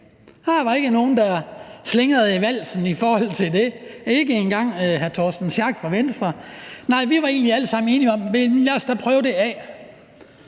Der var ikke nogen, der slingrede i valsen i forhold til det, ikke engang hr. Torsten Schack Pedersen fra Venstre. Nej, vi var egentlig alle sammen enige om, at vi da skulle prøve det af.